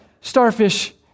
starfish